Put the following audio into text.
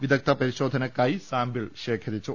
വിദഗ്ധ പ്രിശോധനക്കായി സാമ്പിൾ ശേഖരിച്ചു